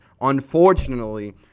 unfortunately